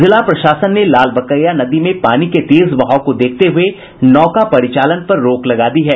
जिला प्रशासन ने लालबकैया नदी में पानी के तेज बहाव को देखते हुए नौका परिचालन पर रोक लगा दी है